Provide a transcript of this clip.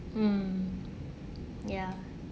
mm ya